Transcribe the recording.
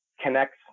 connects